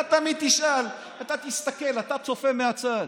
אתה תמיד תשאל, אתה תסתכל, אתה צופה מהצד.